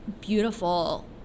beautiful